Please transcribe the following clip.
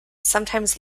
sometimes